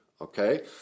okay